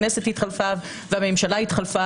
הכנסת התחלפה והממשלה התחלפה,